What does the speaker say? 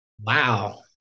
Wow